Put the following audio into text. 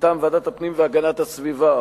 מטעם ועדת הפנים והגנת הסביבה,